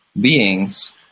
beings